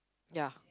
ya